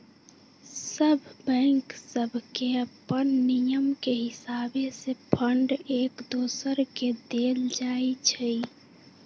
सभ बैंक सभके अप्पन नियम के हिसावे से फंड एक दोसर के देल जाइ छइ